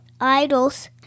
idols